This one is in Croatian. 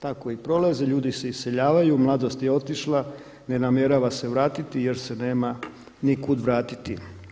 Tako i prolazi, ljudi se iseljavaju, mladost je otišla, ne namjerava se vratiti jer se nema nikud vratiti.